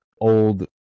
old